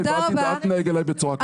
אל תגדל עליי ואל תתנהג אליי בצורה כזאת.